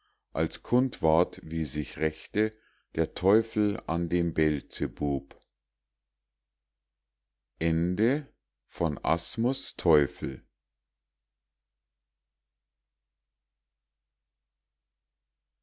als kund ward wie sich rächte der teufel an dem beelzebub